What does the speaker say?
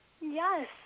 Yes